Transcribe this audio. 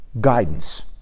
guidance